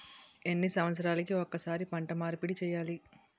ఎన్ని సంవత్సరాలకి ఒక్కసారి పంట మార్పిడి చేయాలి?